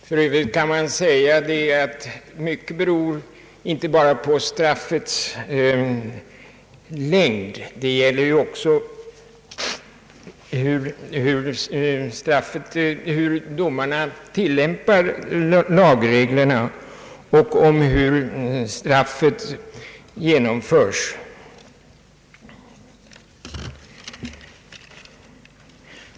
För övrigt kan sägas att mycket beror inte bara på straffets längd, utan också på hur domstolarna tillämpar lagreglerna och hur straffet genomförs.